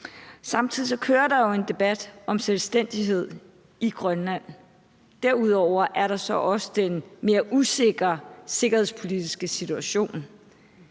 Samtidig kører der jo en debat om selvstændighed i Grønland. Derudover er der så også den mere usikre sikkerhedspolitiske situation.